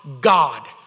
God